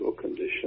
condition